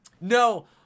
No